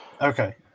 Okay